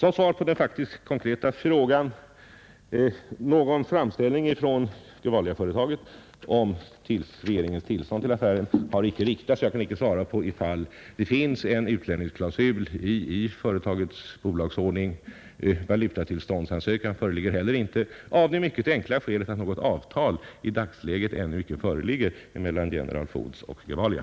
På herr Måbrinks konkreta fråga vill jag svara: Någon framställning från Gevaliaföretaget om regeringens tillstånd till affären har inte ingivits, och jag vet inte om det finns någon utlänningsklausul i företagets bolagsordning. Någon valutatillståndsansökan föreligger inte heller — av det mycket enkla skälet att i dagens läge något avtal inte har träffats mellan General Foods och Gevalia.